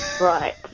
Right